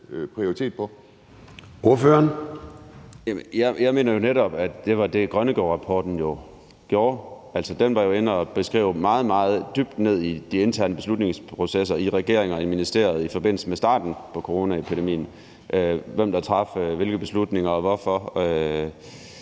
Melson (V): Jeg mener jo netop, at det var det, Grønnegårdrapporten gjorde. Altså, den var jo inde at beskrive meget, meget dybt ned i de interne beslutningsprocesser i regeringen og i ministeriet i forbindelse med starten på coronaepidemien – hvem der traf hvilke beslutninger og hvorfor